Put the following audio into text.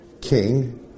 king